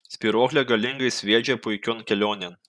spyruoklė galingai sviedžia puikion kelionėn